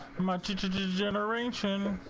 and much generation